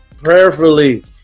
prayerfully